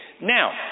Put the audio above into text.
Now